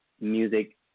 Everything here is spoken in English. music